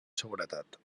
seguretat